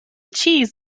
cheese